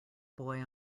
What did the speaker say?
boy